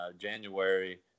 January